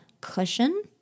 cushion